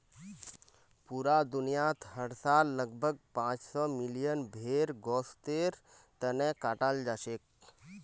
पूरा दुनियात हर साल लगभग पांच सौ मिलियन भेड़ गोस्तेर तने कटाल जाछेक